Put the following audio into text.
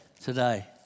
today